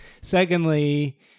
Secondly